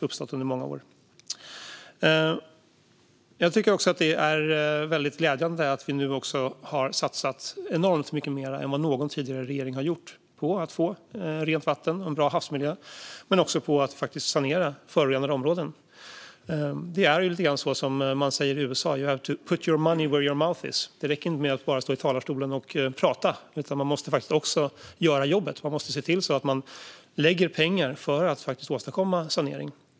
Det är glädjande att vi nu har satsat enormt mycket mer än vad någon tidigare regering har gjort på att få rent vatten och en bra havsmiljö och att sanera förorenade områden. Det är lite grann som man säger i USA, nämligen to put one's money where one's mouth is. Det räcker inte med att stå i talarstolen och prata, utan man måste faktiskt också göra jobbet. Man måste se till att lägga fram pengar för att faktiskt åstadkomma sanering.